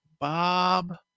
Bob